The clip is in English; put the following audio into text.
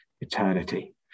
eternity